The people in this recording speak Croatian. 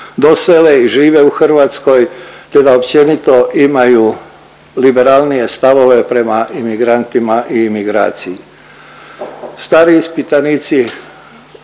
dosele i žive u Hrvatskoj te da općenito imaju liberalnije stavove prema imigrantima i imigraciji. Stariji ispitanici,